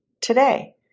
today